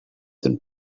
than